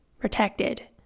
protected